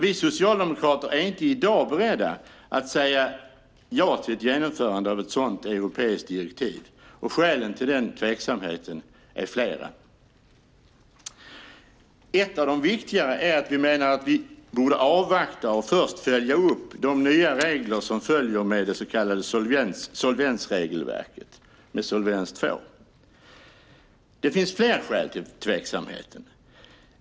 Vi socialdemokrater är dock inte i dag beredda att säga ja till genomförandet av ett sådant europeiskt direktiv. Skälen till den tveksamheten är flera. Ett av de viktigare skälen är att vi menar att vi borde avvakta och först följa upp de nya regler som följer med det nya solvensregelverket, solvens II. Det finns fler skäl till tveksamheten.